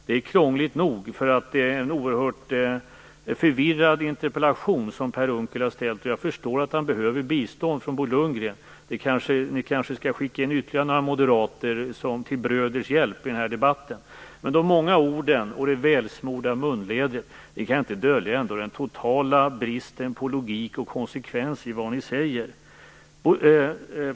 Det är krångligt nog, eftersom det är en oerhört förvirrad interpellation som Per Unckel har ställt. Jag förstår att han behöver bistånd från Bo Lundgren. Ni skall kanske skicka in ytterligare några moderater till bröders hjälp i den här debatten. De många orden och det välsmorda munlädret kan inte dölja den totala bristen på logik och konsekvens i det som ni säger.